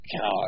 God